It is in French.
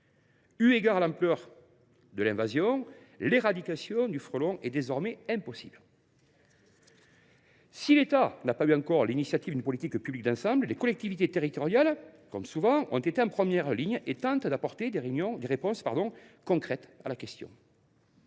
eu égard à l’ampleur de l’invasion, son éradication est désormais impossible. Si l’État n’a pas encore pris l’initiative d’une politique publique d’ensemble, les collectivités territoriales sont, comme souvent, en première ligne et tentent d’apporter des réponses concrètes à cette